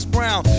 Brown